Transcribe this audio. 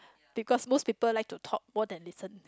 because most people like to talk more than listen